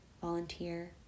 volunteer